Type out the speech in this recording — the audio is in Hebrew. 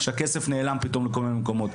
שהכסף נעלם פתאום למקומות.